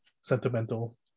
sentimental